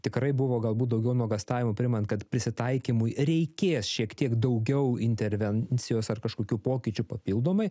tikrai buvo galbūt daugiau nuogąstavimų priimant kad prisitaikymui reikės šiek tiek daugiau intervencijos ar kažkokių pokyčių papildomai